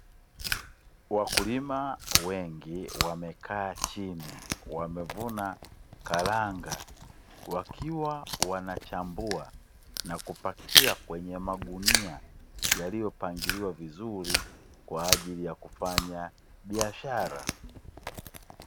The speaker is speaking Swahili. Wakulima wengi wamekaa chini wamevuna karanga, wakiwa wanachambua na kupakia, kwenye magunia yaliyopangiliwa vizuri kwaajili ya kufanya biashara.